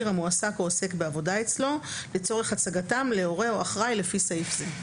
המועסק או עוסק בעבודה אצלו לצורך הצגתם להורה או אחראי לפי סעיף זה.